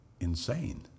insane